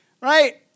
Right